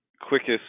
quickest